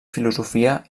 filosofia